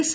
S